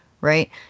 right